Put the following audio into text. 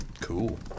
Cool